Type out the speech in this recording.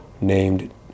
named